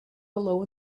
below